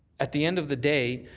at the end of the day,